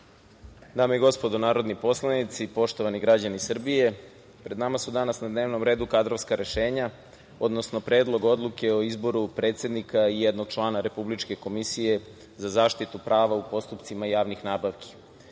i gospodo narodni poslanici, poštovani građani Srbije, pred nama su danas na dnevnom redu kadrovska rešenja, odnosno Predlog odluke o izboru predsednika i jednog člana Republičke Komisije za zaštitu prava u postupcima javnih nabavke,